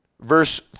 verse